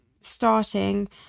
starting